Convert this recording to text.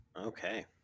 Okay